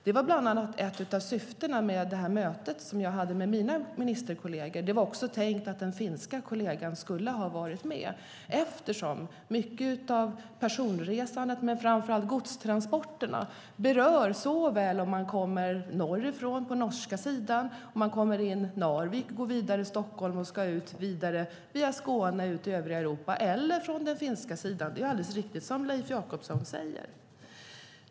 Det var bland annat ett av syftena med mötet som jag hade med mina ministerkolleger. Det var också tänkt att den finska kollegan skulle ha varit med. Mycket av personresandet men framför allt godstransporterna berörs såväl om man kommer norrifrån in via Narvik på den norska sidan, vidare till Stockholm och via Skåne ut i övriga Europa som om man kommer från den finska sidan. Det är alldeles riktigt som Leif Jakobsson säger.